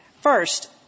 First